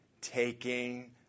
taking